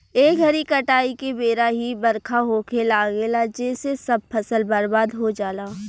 ए घरी काटाई के बेरा ही बरखा होखे लागेला जेसे सब फसल बर्बाद हो जाला